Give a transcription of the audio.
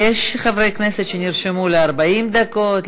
יש חברי כנסת שנרשמו ל-40 דקות,